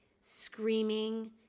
screaming